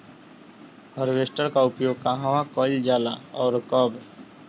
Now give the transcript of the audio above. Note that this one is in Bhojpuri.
हारवेस्टर का उपयोग कहवा कइल जाला और कब?